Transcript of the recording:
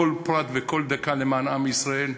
כל פרט וכל דקה למען עם ישראל.